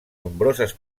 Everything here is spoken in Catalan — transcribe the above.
nombroses